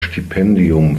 stipendium